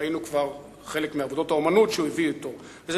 ראינו כבר חלק מעבודות האמנות שהוא הביא אתו.